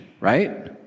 right